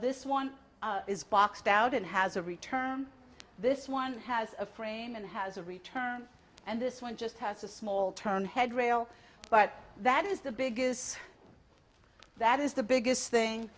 this one is boxed out in has a return this one has a frame and has a return and this one just has a small turn head rail but that is the biggest that is the biggest thing